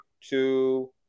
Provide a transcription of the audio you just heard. two